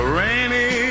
rainy